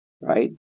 right